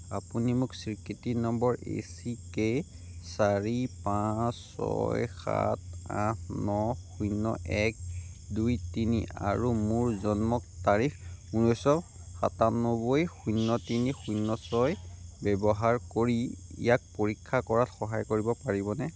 আপুনি মোক স্বীকৃতি নম্বৰ এ চি কে চাৰি পাঁচ ছয় সাত আঠ ন শূন্য এক দুই তিনি আৰু মোৰ জন্ম তাৰিখ ঊনৈছশ সাতান্নব্বৈ শূন্য তিনি শূন্য ছয় ব্যৱহাৰ কৰি ইয়াক পৰীক্ষা কৰাত সহায় কৰিব পাৰিবনে